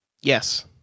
Yes